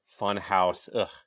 Funhouse